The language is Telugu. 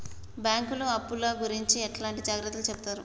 బ్యాంకులు అప్పుల గురించి ఎట్లాంటి జాగ్రత్తలు చెబుతరు?